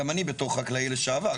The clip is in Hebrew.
גם אני בתוך חקלאי לשעבר,